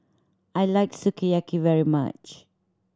I like Sukiyaki very much